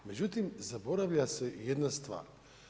Međutim, zaboravlja se jedna stvar.